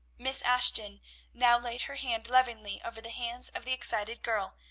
miss ashton now laid her hand lovingly over the hands of the excited girl,